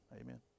Amen